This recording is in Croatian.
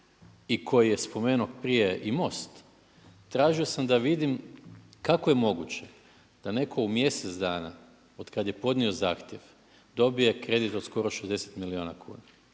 i koji je spomenuo prije i MOST, tražio sam da vidim kako je moguće da neko u mjesec dana od kada je podnio zahtjev dobije kredit od skoro 60 milijuna kuna